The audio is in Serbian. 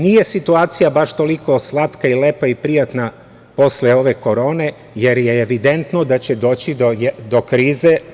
Nije situacija baš toliko slatka, lepa i prijatna posle ove korone, jer je evidentno da će doći do krize.